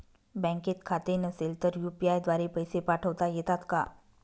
बँकेत खाते नसेल तर यू.पी.आय द्वारे पैसे पाठवता येतात का?